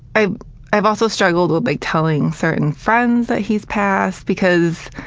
i've i've also struggled with like telling certain friends that he's passed because